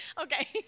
Okay